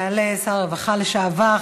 יעלה שר הרווחה לשעבר,